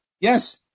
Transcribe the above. Yes